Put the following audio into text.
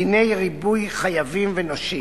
דיני ריבוי חייבים ונושים.